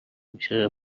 میشه